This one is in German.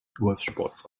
golfsports